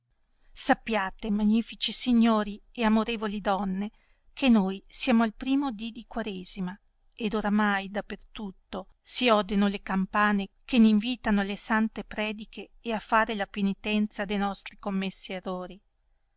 sappiate magnifici signori e amorevoli donne che noi siamo al primo dì di quaresima ed oramai da per tutto si odeno le campane che n invitano alle sante prediche e a fare la penitenza de nostri cornassi errori